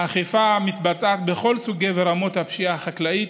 האכיפה מתבצעת בכל סוגי ורמות הפשיעה החקלאית,